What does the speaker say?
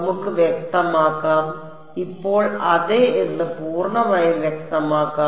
നമുക്ക് വ്യക്തമാക്കാം ഇപ്പോൾ അതെ എന്ന് പൂർണ്ണമായും വ്യക്തമാക്കാം